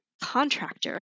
contractor